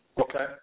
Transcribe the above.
Okay